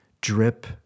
Drip